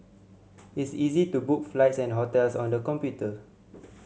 it's easy to book flights and hotels on the computer